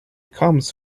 comes